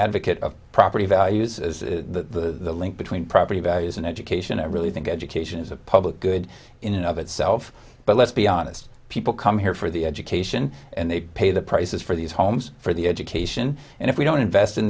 advocate of property values as the link between property values and education i really think education is a public good in and of itself but let's be honest people come here for the education and they pay the prices for these homes for the education and if we don't invest in